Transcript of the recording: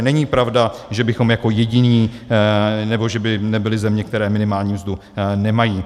Takže není pravda, že bychom jako jediní, nebo že by nebyly země, které minimální mzdu nemají.